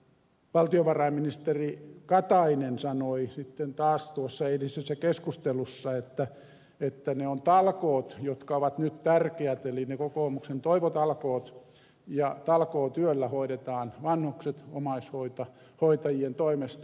valtiovarainministeri katainen sanoi sitten taas tuossa eilisessä keskustelussa että ne ovat talkoot jotka ovat nyt tärkeät eli ne kokoomuksen toivotalkoot ja talkootyöllä hoidetaan vanhukset omaishoitajien toimesta